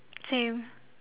same